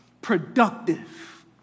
productive